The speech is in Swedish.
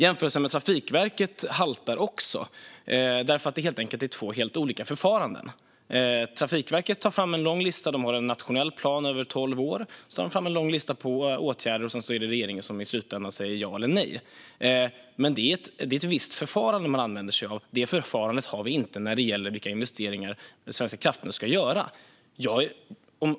Jämförelsen med Trafikverket haltar också, eftersom det är två helt olika förfaranden. Trafikverket har en nationell plan som spänner över tolv år, och de tar fram en lång lista på förslag till åtgärder. Det är regeringen som i slutänden säger ja eller nej. Det är ett visst förfarande som man använder sig av. Det förfarandet har vi inte när det gäller vilka investeringar Svenska kraftnät ska göra.